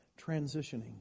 transitioning